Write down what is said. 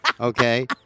Okay